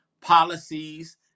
policies